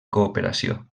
cooperació